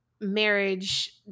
marriage